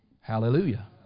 Hallelujah